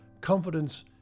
confidence